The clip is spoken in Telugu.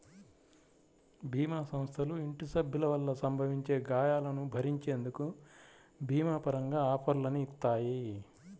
భీమా సంస్థలు ఇంటి సభ్యుల వల్ల సంభవించే గాయాలను భరించేందుకు భీమా పరంగా ఆఫర్లని ఇత్తాయి